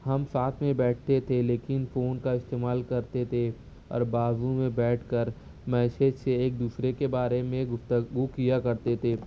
ہم ساتھ میں بیٹھتے تھے لیکن فون کا استعمال کرتے تھے اور بازو میں بیٹھ کر میسج سے ایک دوسرے کے بارے میں گفتگو کیا کرتے تھے